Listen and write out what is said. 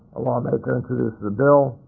a lawmaker introduces a bill,